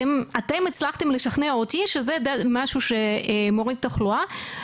אתם הצלחתם לשכנע אותי שזה משהו שמוריד תחלואה,